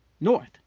north